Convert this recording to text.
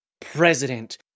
president